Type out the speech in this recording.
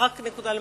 רק נקודה למחשבה.